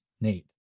Nate